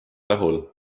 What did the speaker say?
rahul